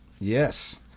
Yes